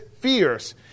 fierce